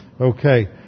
Okay